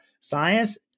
science